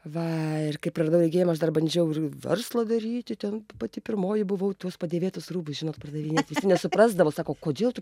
va ir kai praradau regėjimą aš dar bandžiau ir verslą daryti ten pati pirmoji buvau tuos padėvėtus rūbus žinot pardavinėti ne nesuprasdavau sako kodėl tu